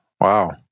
wow